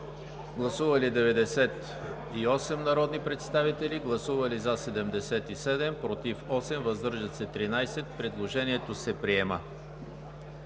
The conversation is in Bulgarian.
Гласували 98 народни представители: за 77, против 8, въздържали се 13. Предложението се приема.